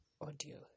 audio